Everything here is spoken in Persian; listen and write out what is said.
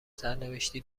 سرنوشتی